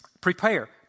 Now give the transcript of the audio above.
prepare